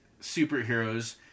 superheroes